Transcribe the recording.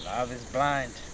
love is blind,